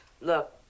Look